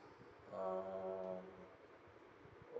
um